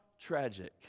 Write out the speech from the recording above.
tragic